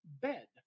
bed